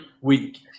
week